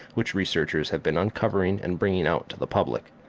which researchers have been uncovering and bringing out to the public.